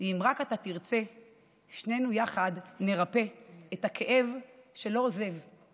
ואם רק אתה תרצה / שנינו יחד נרפא את הכאב שלא עוזב //